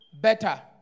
better